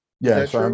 Yes